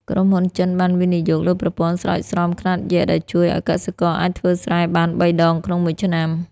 ក្រុមហ៊ុនចិនបានវិនិយោគលើប្រព័ន្ធស្រោចស្រពខ្នាតយក្ស ដែលជួយឱ្យកសិករអាចធ្វើស្រែបាន ៣ ដងក្នុងមួយឆ្នាំ។